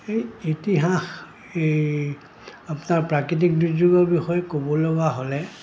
এই ইতিহাস এই আপোনাৰ প্ৰাকৃতিক দুৰ্যোগৰ বিষয়ে ক'ব লগা হ'লে